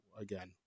again